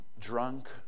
drunk